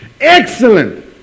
Excellent